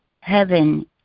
Heaven